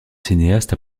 cinéaste